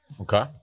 Okay